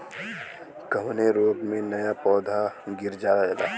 कवने रोग में नया नया पौधा गिर जयेला?